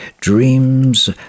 Dreams